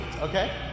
okay